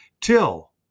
till